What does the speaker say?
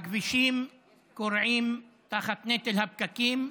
הכבישים כורעים תחת נטל הפקקים.